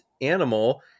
animal